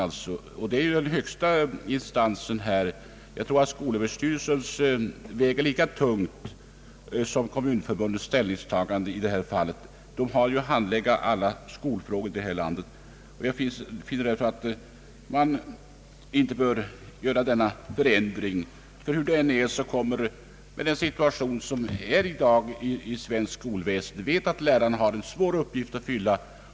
Skolöverstyrelsen är ju högsta instans i dessa frågor, och jag tror att dess ställningstagande i detta fall väger lika tungt som Kommunförbundets. Skolöverstyrelsen har ju att handlägga alla skolfrågor här i landet. Jag finner därför att man inte bör göra denna förändring. Vi vet att lärarna i dagens situation inom svenskt skolväsende har en svår uppgift att fylla.